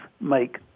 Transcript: make